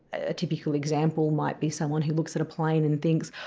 a typical example might be someone who looks at a plane and thinks,